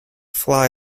fly